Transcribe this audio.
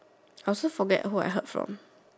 I also forget who I heard from